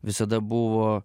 visada buvo